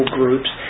groups